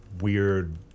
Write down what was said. weird